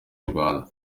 rwanda